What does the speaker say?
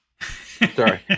Sorry